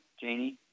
Janie